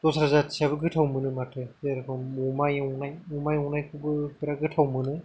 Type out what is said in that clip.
दस्रा जाथिआबो गोथाव मोनो माथो जेरखम अमा एवनाय अमा एवनायखौबो बिराथ गोथाव मोनो